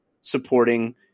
supporting